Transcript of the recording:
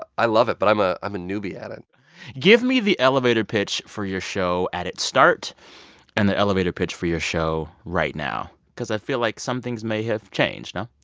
ah i love it, but i'm ah i'm a newbie at it give me the elevator pitch for your show at its start and the elevator pitch for your show right now because i feel like some things may have changed, no?